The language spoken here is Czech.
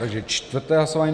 Takže čtvrté hlasování.